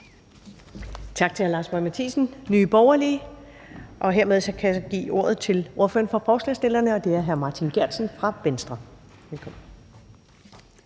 Tak til hr. Lars Boje Mathiesen, Nye Borgerlige, og hermed kan jeg give ordet til ordføreren for forslagsstillerne, hr. Martin Geertsen fra Venstre. Velkommen.